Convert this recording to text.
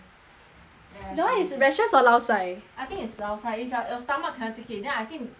ya she that [one] is rashes or lao sai I think is lao sai is like your stomach cannot take it then I think you will lao sai